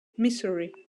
missouri